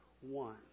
one